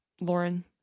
Lauren